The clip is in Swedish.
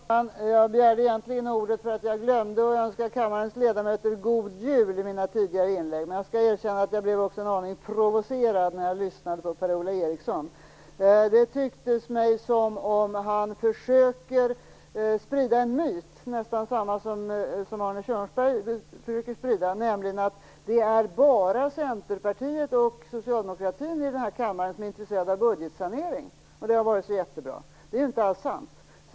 Fru talman! Jag begärde egentligen ordet därför att jag glömde önska kammarens ledamöter god jul i mina tidigare inlägg. Men jag skall erkänna att jag också blev en aning provocerad när jag lyssnade på Det tycks mig som om han försöker sprida en myt, nästan samma myt som Arne Kjörnsberg försöker sprida, nämligen att det bara är Centerpartiet och socialdemokratin i den här kammaren som är intresserade av budgetsanering, och det har varit så jättebra. Det är ju inte alls sant!